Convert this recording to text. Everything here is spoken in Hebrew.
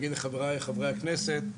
להגיד לחבריי חברי הכנסת,